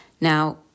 Now